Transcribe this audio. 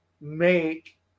make